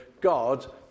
God